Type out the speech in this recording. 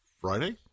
Friday